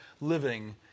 living